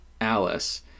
Alice